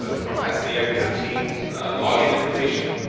ah from pasadena can obtain login information.